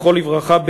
זכרו לברכה,